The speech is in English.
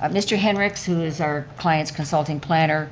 um mr. henricks, who is our client's consulting planner